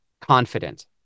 confident